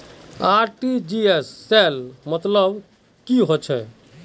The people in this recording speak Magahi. आर.टी.जी.एस सेल मतलब की होचए?